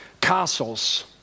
castles